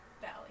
Valley